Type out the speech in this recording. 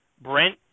Brent